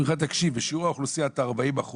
אומרים לך שבשיעור האוכלוסייה אתה 40%,